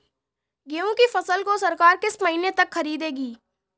गेहूँ की फसल को सरकार किस महीने तक खरीदेगी?